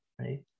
right